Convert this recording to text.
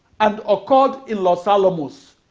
and occurred in los alamos,